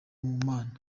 mana